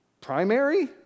Primary